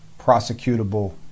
prosecutable